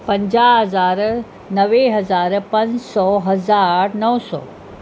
पंजाह हज़ार नवें हज़ार पंज सौ हज़ार नव सौ